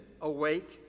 awake